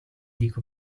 dico